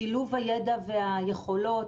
לשילוב הידע והיכולות,